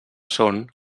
són